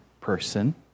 person